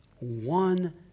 one